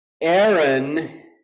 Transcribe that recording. Aaron